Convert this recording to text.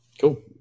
cool